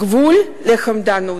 גבול לחמדנות.